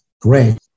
Great